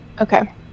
Okay